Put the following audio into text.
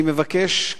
אני מבקש,